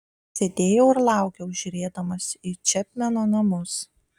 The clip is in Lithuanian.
sėdėjau ir laukiau žiūrėdamas į čepmeno namus